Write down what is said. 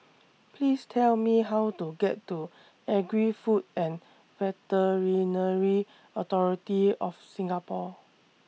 Please Tell Me How to get to Agri Food and Veterinary Authority of Singapore